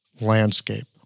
landscape